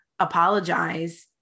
apologize